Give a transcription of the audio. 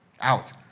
out